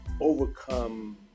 overcome